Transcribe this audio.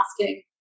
asking